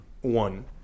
one